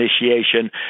initiation